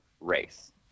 race